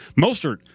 Mostert